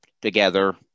together